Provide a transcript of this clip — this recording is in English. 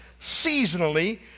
seasonally